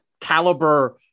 caliber